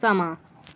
ਸਮਾਂ